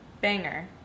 banger